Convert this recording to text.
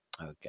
Okay